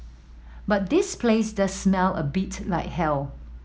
but this place does smell a bit like hell